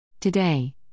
Today